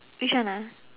which one ah